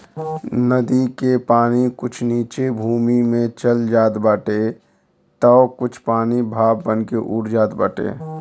नदी के पानी कुछ नीचे भूमि में चल जात बाटे तअ कुछ पानी भाप बनके उड़ जात बाटे